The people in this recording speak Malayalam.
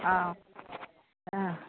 ആ